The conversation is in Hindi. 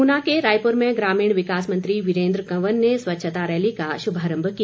ऊना के रायपुर में ग्रामीण विकास मंत्री वीरेन्द्र कंवर ने स्वच्छता रैली का शुभारम्भ किया